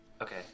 okay